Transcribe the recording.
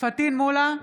פטין מולא,